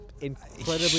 incredibly